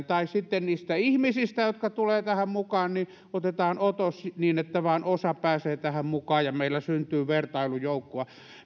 tai sitten niistä ihmisistä joka tulevat tähän mukaan otetaan otos niin että vain osa pääsee tähän mukaan ja meillä syntyy vertailujoukkoa